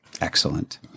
Excellent